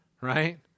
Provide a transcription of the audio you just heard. right